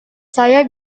saya